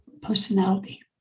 personality